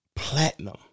platinum